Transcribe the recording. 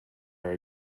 are